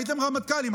הייתם רמטכ"לים.